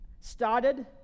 Started